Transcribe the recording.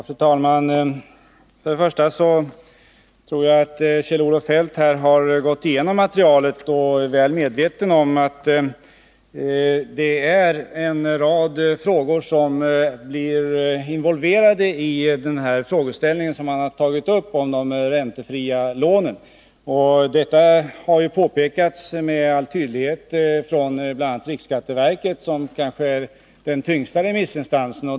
Fru talman! Till att börja med tror jag att Kjell-Olof Feldt har gått igenom materialet och är väl medveten om att det är en rad frågor som blir involverade i den frågeställning som han har tagit upp beträffande de räntefria lånen. Det har ju med all tydlighet påpekats från bl.a. riksskatteverket, som kanske är den tyngsta remissinstansen.